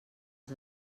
els